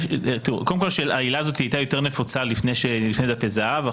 קודם כל העילה הזאת הייתה יותר נפוצה לפני דפי זהב,